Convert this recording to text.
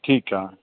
ठीकु आहे